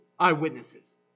eyewitnesses